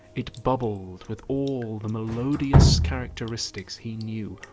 it bubbled with all the melodious characteristics he knew,